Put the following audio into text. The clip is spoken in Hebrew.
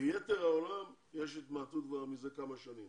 ביתר העולם יש התמעטות כבר מזה כמה שנים